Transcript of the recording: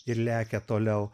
ir lekia toliau